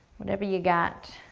whatever you got.